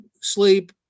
sleep